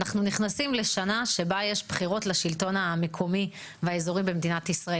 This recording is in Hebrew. אנחנו נכנסים לשנה שבה יש בחירות לשלטון המקומי ואזורי במדינת ישראל.